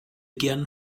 gern